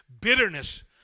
bitterness